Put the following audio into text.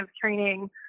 training